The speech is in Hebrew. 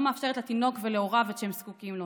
שלא מאפשרת לתינוק ולהוריו את שהם זקוקים לו,